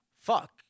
fuck